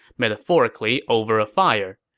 metaphorically over a fire.